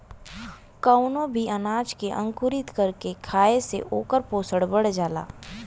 कवनो भी अनाज के अंकुरित कर के खाए से ओकर पोषण बढ़ जाला